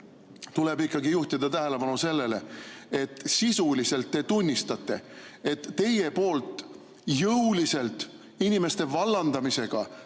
tuleb ikkagi juhtida tähelepanu sellele, et sisuliselt te tunnistate, et teie poolt jõuliselt inimeste vallandamisega,